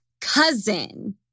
cousin